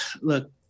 Look